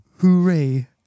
Hooray